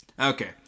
okay